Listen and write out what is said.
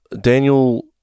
daniel